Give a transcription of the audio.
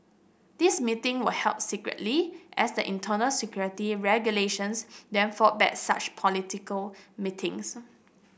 these meeting were held secretly as the internal security regulations then forbade such political meetings